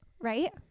right